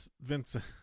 Vincent